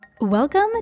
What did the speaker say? Welcome